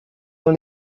dans